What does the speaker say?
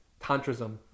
tantrism